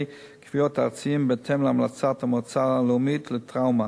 כוויות ארציים בהתאם להמלצת המועצה הלאומית לטראומה.